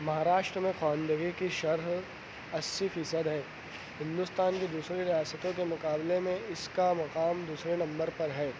مہاراشٹر میں خواندگی کی شرح اسّی فیصد ہے ہندوستان کی دوسرے ریاستوں کے مقابلے میں اس کا مقام دوسرے نمبر پر ہے